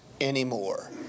anymore